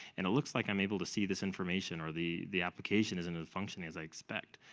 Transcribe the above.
and it looks like i'm able to see this information, or the the application isn't functioning as i expect.